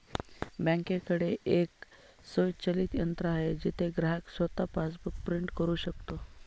बँकेकडे एक स्वयंचलित यंत्र आहे जिथे ग्राहक स्वतः पासबुक प्रिंट करू शकतो